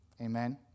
Amen